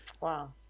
Wow